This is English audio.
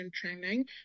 training